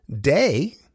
Day